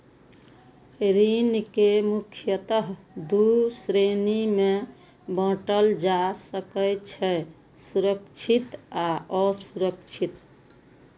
ऋण कें मुख्यतः दू श्रेणी मे बांटल जा सकै छै, सुरक्षित आ असुरक्षित